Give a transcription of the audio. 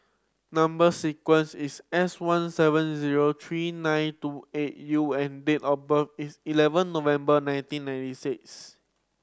number sequence is S one seven zero three nine two eight U and date of birth is eleven November nineteen ninety six